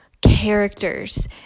characters